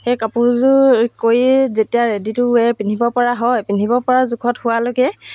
সেই কাপোৰযোৰ কৰি যেতিয়া ৰেডি টু ৱেৰ পিন্ধিব পৰা হয় পিন্ধিব পৰা জোখত হোৱালৈকে